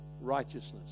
righteousness